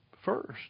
first